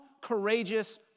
courageous